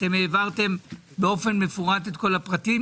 אתם העברתם באופן מפורט את כל הפרטים.